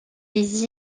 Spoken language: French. les